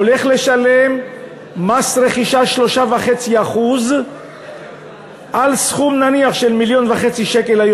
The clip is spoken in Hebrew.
הולך לשלם מס רכישה 3.5% על סכום נניח של 1.5 מיליון שקלים,